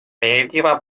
meeldiva